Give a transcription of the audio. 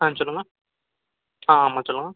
ஆ சொல்லுங்கள் ஆ ஆமாம் சொல்லுங்கள்